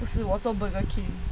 不是我做 Burger King